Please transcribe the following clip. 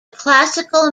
classical